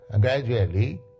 gradually